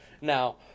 Now